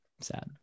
sad